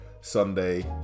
sunday